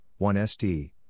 1ST